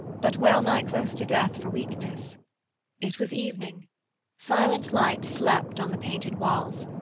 but well-nigh close to death for weakness it was evening silent light slept on the painted walls,